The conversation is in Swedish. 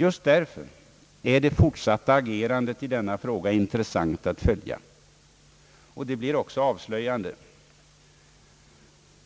Just därför är det fortsatta agerandet i denna fråga intressant att följa. Det blir också avslöjande.